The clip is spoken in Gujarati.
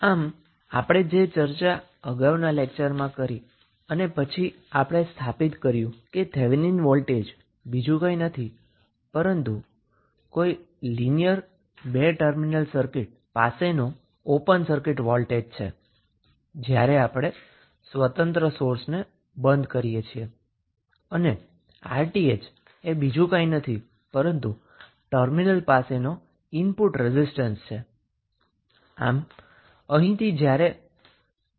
આમ આ તે છે જે ચર્ચા આપણે અગાઉના લેક્ચરમાં કરી અને પછી આપણે સ્થાપિત કર્યું કે થેવેનિન વોલ્ટેજ બીજું કંઈ નથી પરંતુ તે લિનિયર ટુ ટર્મિનલ સર્કિટ ની એક્રોસમા ઓપન સર્કિટ વોલ્ટેજ છે અને 𝑅𝑇ℎ બીજું કંઈ નથી પરંતુ ટર્મિનલ પાસેનો ઈનપુટ રેઝિસ્ટન્સ છે જ્યારે આપણે ઇંડિપેન્ડન્ટ સોર્સ ને બંધ કરીએ છીએ